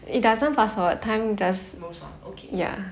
moves on okay